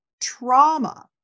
trauma